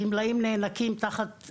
גמלאים נאנקים תחת תנאים.